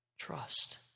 Trust